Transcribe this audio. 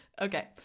Okay